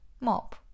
Mop